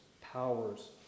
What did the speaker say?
powers